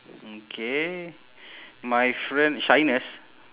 okay my friend shyness